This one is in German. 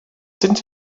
sind